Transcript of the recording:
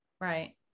right